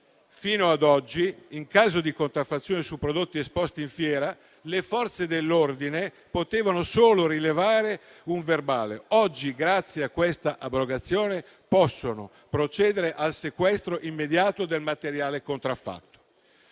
fino ad oggi, in caso di contraffazione su prodotti esposti in fiera, le Forze dell'ordine potevano solo rilevare un verbale; oggi, grazie a quest'abrogazione, possono procedere al sequestro immediato del materiale contraffatto.